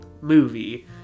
movie